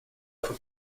for